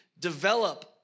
develop